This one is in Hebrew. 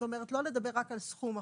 זאת אומרת לא לדבר רק על סכום החוב,